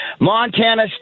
Montana